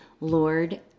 Lord